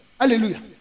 Hallelujah